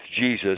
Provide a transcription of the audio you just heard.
Jesus